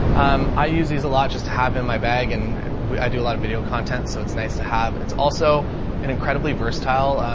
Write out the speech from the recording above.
um, i use these a lot just to have in my bag and i do a lot of video content. so it's nice to have. it's also an incredibly versatile, um,